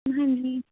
ਹਾਂਜੀ